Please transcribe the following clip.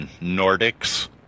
Nordics